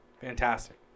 Fantastic